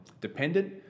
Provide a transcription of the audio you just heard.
dependent